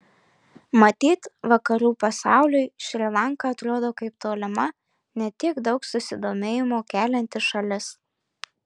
matyt vakarų pasauliui šri lanka atrodo kaip tolima ne tiek daug susidomėjimo kelianti šalis